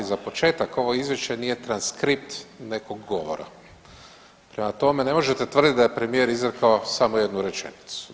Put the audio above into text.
Za početak ovo izvješće nije transkript nekog govora, prema tome ne možete tvrditi da je premijer izrekao samo jednu rečenicu.